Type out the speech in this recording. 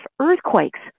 earthquakes